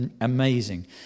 amazing